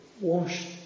washed